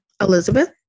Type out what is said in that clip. elizabeth